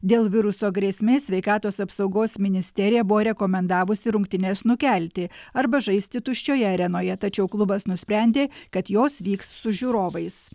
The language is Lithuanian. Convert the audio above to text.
dėl viruso grėsmės sveikatos apsaugos ministerija buvo rekomendavusi rungtynes nukelti arba žaisti tuščioje arenoje tačiau klubas nusprendė kad jos vyks su žiūrovais